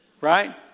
right